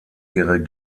ihre